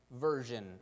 version